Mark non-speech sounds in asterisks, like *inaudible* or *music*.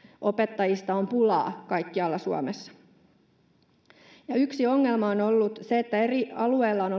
opettajista on pulaa kaikkialla suomessa yksi ongelma on ollut se että eri alueilla on *unintelligible*